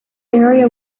area